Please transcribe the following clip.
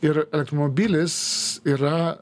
ir elektromobilis yra